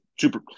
super